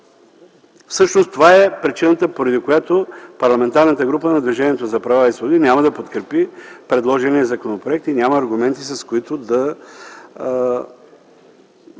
Всъщност това е причината, поради която Парламентарната група на Движението за права и свободи няма да подкрепи предложения законопроект и няма аргументи, с които да